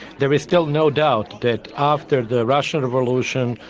there is still no doubt that after the russian revolution,